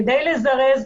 כדי לזרז,